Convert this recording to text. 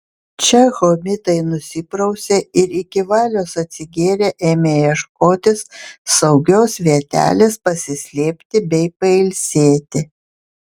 čia hobitai nusiprausė ir iki valios atsigėrę ėmė ieškotis saugios vietelės pasislėpti bei pailsėti